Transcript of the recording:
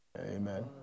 Amen